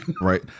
Right